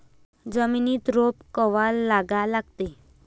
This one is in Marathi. जमिनीत रोप कवा लागा लागते?